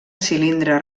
cilindre